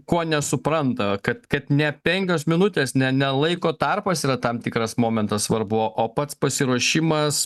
ko nesupranta kad ne penkios minutės ne laiko tarpas yra tam tikras momentas svarbu o pats pasiruošimas